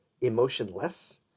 emotionless